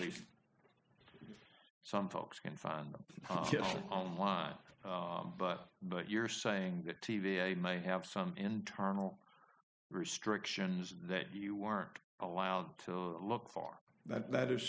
least some folks can find pockets online but but you're saying that t v i might have some internal restrictions that you weren't allowed to look far that that is